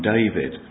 David